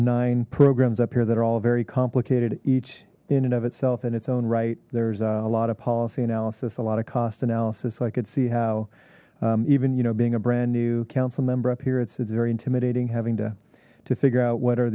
nine programs up here that are all very complicated each in and of itself in its own right there's a lot of policy analysis a lot of cost analysis i could see how even you know being a brand new councilmember up here it's it's very intimidating having to to figure out what are